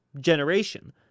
generation